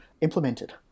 implemented